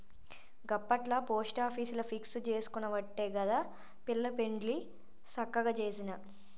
గప్పట్ల పోస్టాపీసుల ఫిక్స్ జేసుకునవట్టే గదా పిల్ల పెండ్లి సక్కగ జేసిన